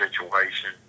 situation